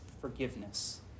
forgiveness